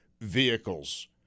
vehicles